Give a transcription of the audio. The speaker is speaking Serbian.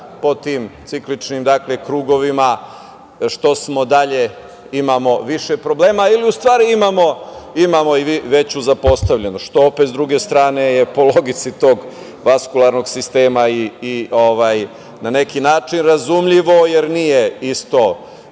po tim cikličnim krugovima, što smo dalje imamo više problema, u stvari imamo i veću zapostavljenost. Opet, s druge strane, to je po logici tog vaskularnog sistema na neki način razumljivo, jer nije isto,